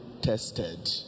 tested